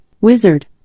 wizard